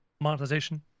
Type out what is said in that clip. monetization